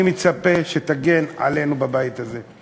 אני מצפה שתגן עלינו בבית הזה.